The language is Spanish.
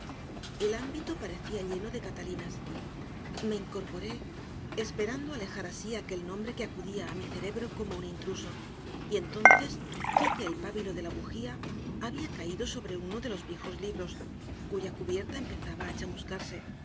el ámbito parecía lleno de catalinas me incorporé esperando alejar así aquel nombre que acudía a mi cerebro como un intruso y entonces vi que el pabilo de la bujía había caído sobre uno de los viejos libros cuya cubierta empezaba a chamuscarse